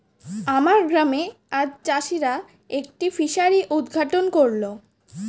আমার গ্রামে আজ চাষিরা একটি ফিসারি উদ্ঘাটন করল